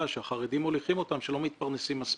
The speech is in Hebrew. שהחרדים מוליכים אותם שלא מתפרנסים מספיק.